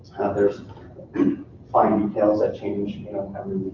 there's fine details that change you know